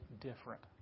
different